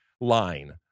line